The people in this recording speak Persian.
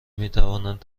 میتوانند